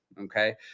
okay